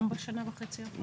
גם בשנה וחצי האחרונות?